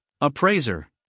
appraiser